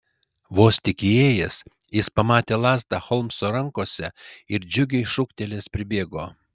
vos tik įėjęs jis pamatė lazdą holmso rankose ir džiugiai šūktelėjęs pribėgo